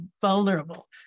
vulnerable